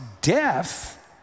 death